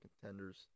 contenders